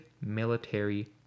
military